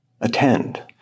Attend